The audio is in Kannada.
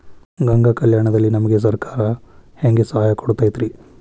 ಗಂಗಾ ಕಲ್ಯಾಣ ದಲ್ಲಿ ನಮಗೆ ಸರಕಾರ ಹೆಂಗ್ ಸಹಾಯ ಕೊಡುತೈತ್ರಿ?